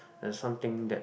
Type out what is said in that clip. there's some thing that